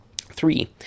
Three